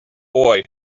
boy